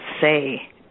say